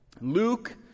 Luke